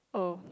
oh